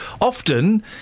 Often